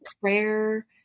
prayer